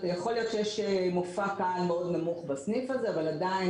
יכול להיות שיש מופע קהל מאוד נמוך בסניף הזה אבל עדיין